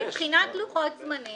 מבחינת לוחות זמנים